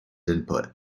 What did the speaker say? input